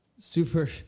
super